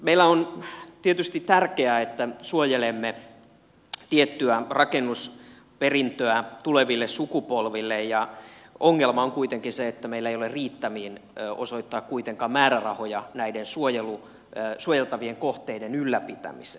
meillä on tietysti tärkeää että suojelemme tiettyä rakennusperintöä tuleville sukupolville ja ongelma on kuitenkin se että meillä ei ole riittämiin osoittaa kuitenkaan määrärahoja näiden suojeltavien kohteiden ylläpitämiseen